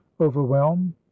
overwhelm